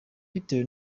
bitewe